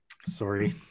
sorry